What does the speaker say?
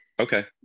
Okay